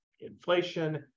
inflation